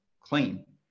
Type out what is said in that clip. clean